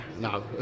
no